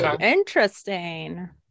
interesting